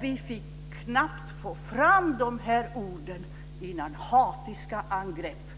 Vi hann knappt få fram dessa ord innan hatiska angrepp